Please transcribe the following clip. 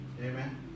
Amen